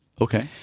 Okay